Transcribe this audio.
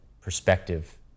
perspective